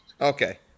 Okay